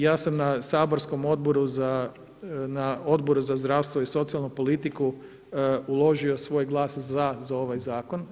Ja sam na saborskom Odboru za, na Odboru za zdravstvo i socijalnu politiku uložio svoj glas za ovaj Zakon.